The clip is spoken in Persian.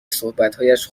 صحبتهایش